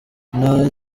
nta